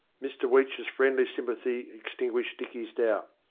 mr weech's friendly sympathy extinguished dicky's doubt.